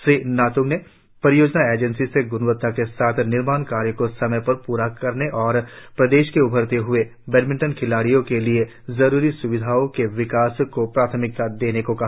श्री नात्ंग ने परियोजना एजेंसी से ग्णवत्ता के साथ निर्माण कार्य को समय पर पूरा करने और प्रदेश के उभरते हुए बैडमिंटन खिलाड़ियों के लिए जरुरी स्विधाओं के विकास को प्राथमिकता देने को कहा